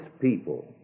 people